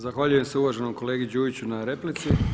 Zahvaljujem se uvaženom kolegi Đujiću na replici.